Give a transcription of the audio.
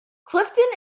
clifton